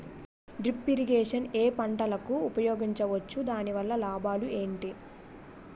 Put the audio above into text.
Drip irrigation ఏ పంటలకు ఉపయోగించవచ్చు? దాని వల్ల లాభాలు ఏంటి?